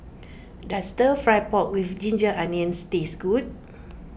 does Stir Fry Pork with Ginger Onions taste good